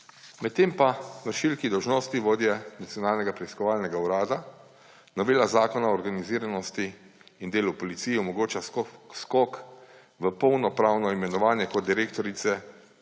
Medtem pa vršilki dolžnosti vodje Nacionalnega preiskovalnega urada novela Zakona o organiziranosti in delu v policiji omogoča skok v polnopravno imenovanje kot direktorici